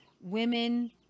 women